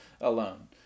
alone